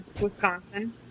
wisconsin